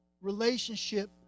relationship